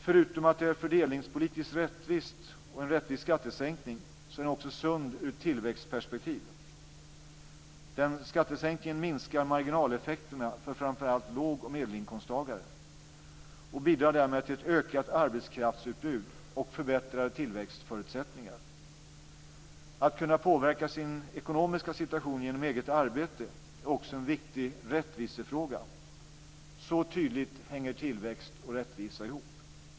Förutom att det är fördelningspolitiskt rättvist och en rättvis skattesänkning är den också sund ur tillväxtperspektiv. Skattesänkningen minskar marginaleffekterna för framför allt lågoch medelinkomsttagare och bidrar därmed till ett ökat arbetskraftsutbud och förbättrade tillväxtförutsättningar. Att kunna påverka sin ekonomiska situation genom eget arbete är också en viktig rättvisefråga. Så tydligt hänger tillväxt och rättvisa ihop.